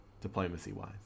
diplomacy-wise